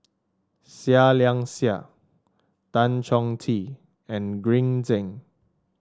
Seah Liang Seah Tan Chong Tee and Green Zeng